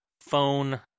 phone